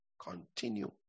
continue